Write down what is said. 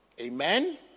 Amen